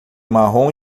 marrom